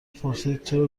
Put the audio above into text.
پرسیدچرا